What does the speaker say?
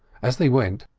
as they went,